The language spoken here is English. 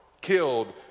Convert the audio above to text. killed